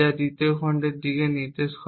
যা দ্বিতীয় খণ্ডের দিকে নির্দেশ করে